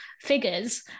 figures